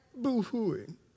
boo-hooing